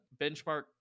benchmark